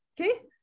okay